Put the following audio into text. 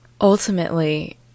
Ultimately